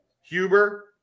huber